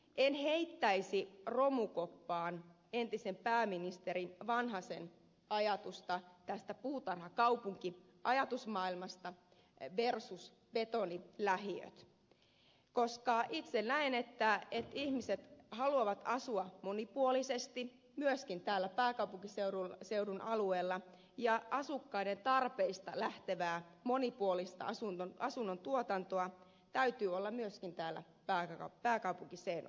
en heittäisi romukoppaan entisen pääministeri vanhasen ajatusta tästä puutarhakaupunkiajatusmaailmasta versus betonilähiöt koska itse näen että ihmiset haluavat asua monipuolisesti myöskin täällä pääkaupunkiseudun alueella ja asukkaiden tarpeista lähtevää monipuolista asuntotuotantoa täytyy olla myöskin täällä pääkaupunkiseudulla